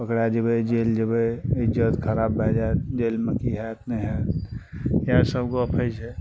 पकड़ाए जयबै जेल जयबै इज्जत खराब भए जाएत जेलमे की होएत नहि होएत इएह सब गप होइत छै